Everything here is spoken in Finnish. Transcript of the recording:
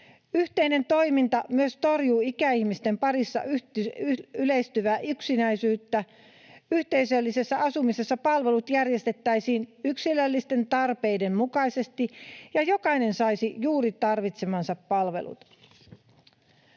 Yhteinen toiminta myös torjuu ikäihmisten parissa yleistyvää yksinäisyyttä. Yhteisöllisessä asumisessa palvelut järjestettäisiin yksilöllisten tarpeiden mukaisesti ja jokainen saisi juuri tarvitsemansa palvelut.